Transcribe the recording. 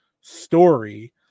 story